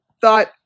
thought